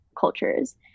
cultures